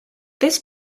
this